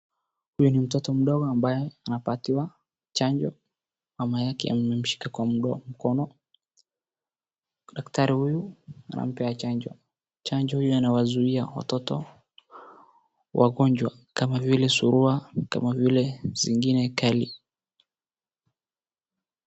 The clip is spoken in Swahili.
Huyo ni mtoto mdogo ambaye anapatiwa chanjo, mama yake amemshika kwa mkono, daktari huyu anampea chanjo. Chanjo hii inawazuia watoto magonjwa kama vile surua, kama vile zingine kali.